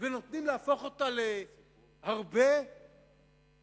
ונותנים להפוך אותה להרבה לאומים?